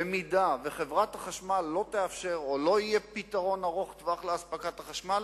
במידה שחברת החשמל לא תאפשר או לא יהיה פתרון ארוך טווח לאספקת החשמל,